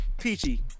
Peachy